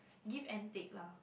give and take lah